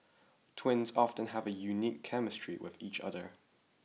twins often have a unique chemistry with each other